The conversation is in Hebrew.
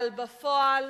אבל בפועל